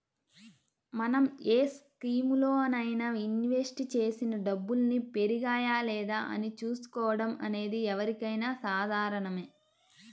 మనం ఏ స్కీములోనైనా ఇన్వెస్ట్ చేసిన డబ్బుల్ని పెరిగాయా లేదా అని చూసుకోవడం అనేది ఎవరికైనా సాధారణమే